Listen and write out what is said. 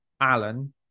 Alan